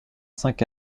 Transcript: cinq